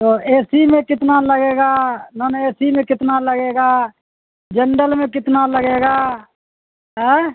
تو A C میں کتنا لگے گا نان اے سی میں کتنا لگے گا جنرل میں کتنا لگے گا ایں